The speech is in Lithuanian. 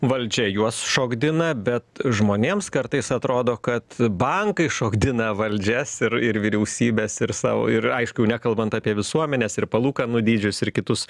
valdžia juos šokdina bet žmonėms kartais atrodo kad bankai šokdina valdžias ir ir vyriausybes ir savo ir aišku jau nekalbant apie visuomenes ir palūkanų dydžius ir kitus